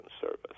service